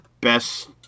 best